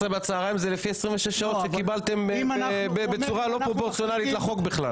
12:00 זה לפי 26 שעות שקיבלתם בצורה לא פרופורציונלית לחוק בכלל.